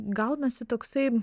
gaunasi toksai